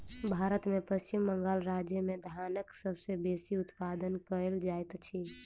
भारत में पश्चिम बंगाल राज्य में धानक सबसे बेसी उत्पादन कयल जाइत अछि